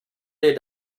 they